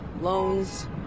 loans